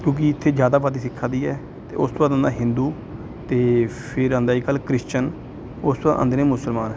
ਕਿਉਂਕਿ ਇੱਥੇ ਜ਼ਿਆਦਾ ਅਬਾਦੀ ਸਿੱਖਾਂ ਦੀ ਹੈ ਅਤੇ ਉਸ ਤੋਂ ਬਾਅਦ ਆਉਂਦਾ ਹਿੰਦੂ ਅਤੇ ਫਿਰ ਆਉਂਦਾ ਅੱਜ ਕੱਲ੍ਹ ਕ੍ਰਿਸਚਨ ਉਸ ਤੋਂ ਬਾਅਦ ਆਉਂਦੇ ਨੇ ਮੁਸਲਮਾਨ